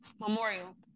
Memorial